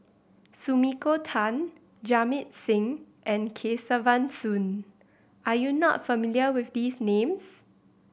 Sumiko Tan Jamit Singh and Kesavan Soon are you not familiar with these names